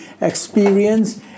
experience